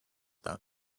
that